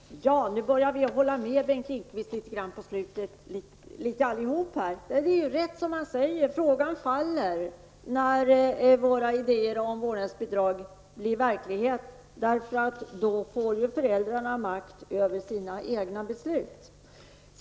Herr talman! Nu mot slutet av debatten börjar vi alla hålla med Bengt Lindqvist litet grand. Det han säger är ju riktigt, nämligen att frågan faller när våra idéer om vårdnadsbidrag blir verklighet, därför att föräldrarna då får makt att själva fatta beslut.